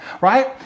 right